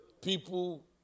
People